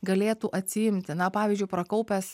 galėtų atsiimti na pavyzdžiui prakaupęs